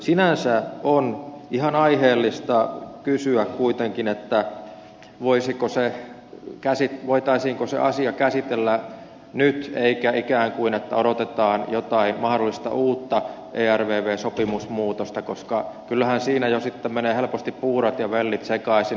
sinänsä on ihan aiheellista kysyä kuitenkin voitaisiinko se asia käsitellä nyt eikä ikään kuin odoteta jotain mahdollista uutta ervvn sopimusmuutosta koska kyllähän siinä jo sitten menee helposti puurot ja vellit sekaisin